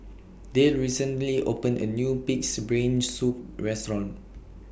Dayle recently opened A New Pig'S Brain Soup Restaurant